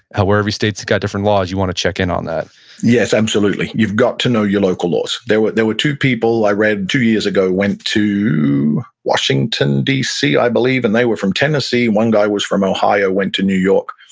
ah where every state has got different laws, you want to check in on that yes, absolutely. you've got to know your local laws. there were there were two people, i read, two years ago went to washington d c, i believe, and they were from tennessee one guy was from ohio, went to new york.